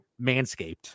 Manscaped